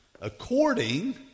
According